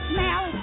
Smell